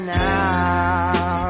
now